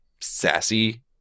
sassy